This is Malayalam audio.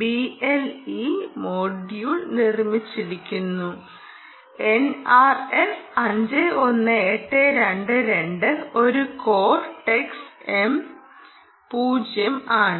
ബിഎൽഇ മൊഡ്യൂൾ നിർമ്മിച്ചിരിക്കുന്നു എൻആർഎഫ് 51822 ഒരു കോർടെക്സ് എം 0 ആണ്